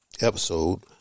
Episode